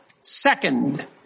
Second